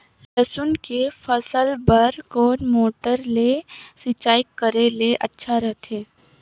लसुन के फसल बार कोन मोटर ले सिंचाई करे ले अच्छा रथे?